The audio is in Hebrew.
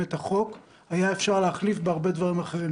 את החוק אפשר היה להחליף בהרבה דברים אחרים.